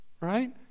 right